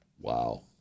Wow